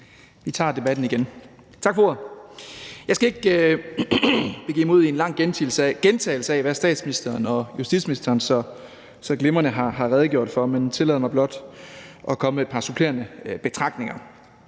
vi tager debatten igen. Tak for ordet. Jeg skal ikke begive mig ud i en lang gentagelse af, hvad statsministeren og justitsministeren så glimrende har redegjort for, men tillader mig blot at komme med et par supplerende betragtninger.